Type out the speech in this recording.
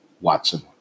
Watson